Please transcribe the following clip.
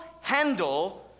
handle